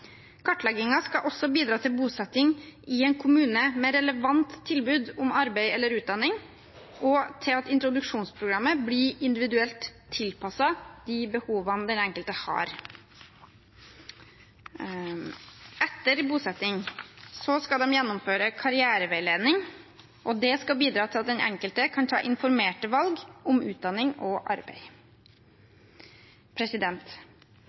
skal også bidra til bosetting i en kommune med relevant tilbud om arbeid eller utdanning, og til at introduksjonsprogrammet blir individuelt tilpasset de behovene den enkelte har. Etter bosetting skal de gjennomføre karriereveiledning. Det skal bidra til at den enkelte kan ta informerte valg om utdanning og arbeid.